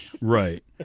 Right